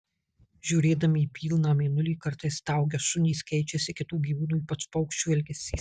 žiūrėdami į pilną mėnulį kartais staugia šunys keičiasi kitų gyvūnų ypač paukščių elgesys